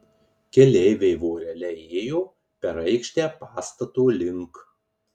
keleiviai vorele ėjo per aikštę pastato link